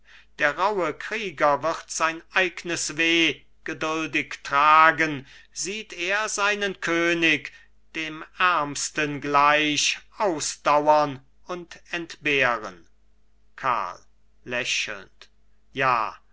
der rauhe krieger wird sein eignes weh geduldig tragen sieht er seinen könig dem ärmsten gleich ausdauren und entbehren karl lächelnd ja